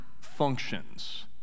functions